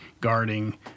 guarding